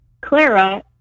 Clara